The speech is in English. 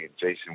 Jason